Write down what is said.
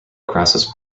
crassus